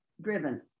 driven